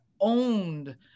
owned